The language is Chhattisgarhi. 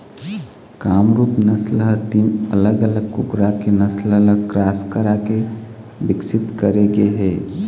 कामरूप नसल ह तीन अलग अलग कुकरा के नसल ल क्रास कराके बिकसित करे गे हे